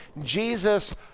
Jesus